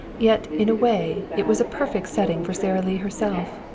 yet in a way it was a perfect setting for sara lee herself.